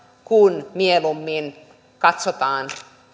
kun mieluummin katsotaan